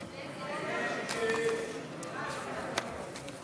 ההצעה להסיר מסדר-היום